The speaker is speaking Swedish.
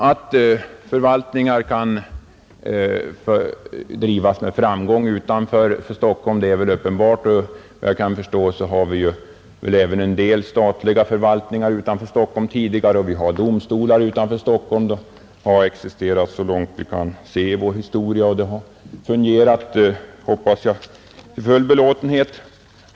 Att förvaltningar kan drivas med framgång utanför Stockholm är uppenbart, Efter vad jag vet finns redan en del statliga förvaltningar utanför Stockholm, och dessa har — hoppas jag — fungerat till full belåtenhet.